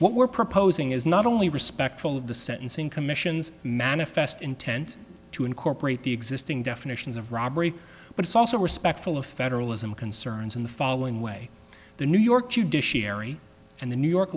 what we're proposing is not only respectful of the sentencing commission's manifest intent to incorporate the existing definitions of robbery but it's also respectful of federalism concerns in the following way the new york judiciary and the new york